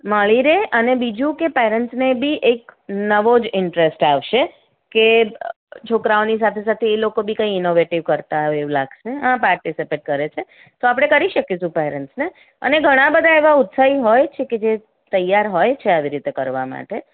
મળી રહે અને બીજું કે પેરેન્ટ્સને બી એક નવો જ ઇન્ટરેસ્ટ આવશે કે છોકરાઓની સાથે સાથે એ લોકો બી કંઈ ઇનોવેટિવ કરતાં હોય એવું લાગશે આ પાર્ટિસિપેટ કરે છે આપણે કરી શકીશું પેરેન્ટ્સને અને ઘણાં બધાં એવાં ઉત્સાહી હોય છે કે જે તૈયાર હોય છે આવી રીતે કરવા માટે